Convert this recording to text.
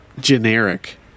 generic